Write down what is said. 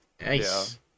Nice